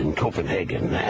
and copenhagen